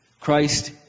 Christ